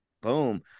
Boom